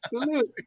salute